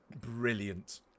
Brilliant